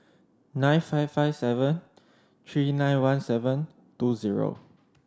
nine five five seven three nine one seven two zero